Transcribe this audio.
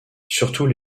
surtout